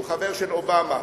שהוא חבר של אובמה,